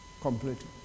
completely